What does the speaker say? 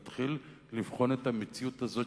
אתה צריך להתחיל לבחון את המציאות הזאת,